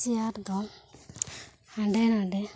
chair ᱫᱚ ᱦᱟᱸᱰᱮ ᱱᱟᱸᱰᱮ